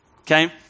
okay